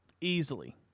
easily